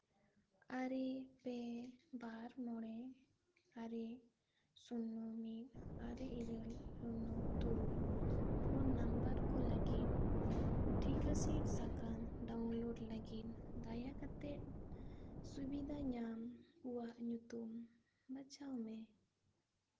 ᱟᱨᱮ ᱯᱮ ᱵᱟᱨ ᱢᱚᱬᱮ ᱟᱨᱮ ᱥᱩᱱ ᱢᱤᱫ ᱟᱨᱮ ᱤᱨᱟᱹᱞ ᱥᱩᱱ ᱛᱩᱨᱩᱭ ᱯᱷᱩᱱ ᱱᱟᱢᱵᱟᱨ ᱠᱚ ᱞᱟᱹᱜᱤᱫ ᱴᱷᱤᱠᱟᱹᱥᱤᱫᱽ ᱥᱟᱠᱟᱢ ᱰᱟᱣᱩᱱᱞᱳᱰ ᱞᱟᱹᱜᱤᱫ ᱫᱟᱭᱟ ᱠᱟᱛᱮᱫ ᱥᱩᱵᱤᱫᱷᱟ ᱧᱟᱢ ᱠᱚᱣᱟᱜ ᱧᱩᱛᱩᱢ ᱵᱟᱪᱷᱟᱣ ᱢᱮ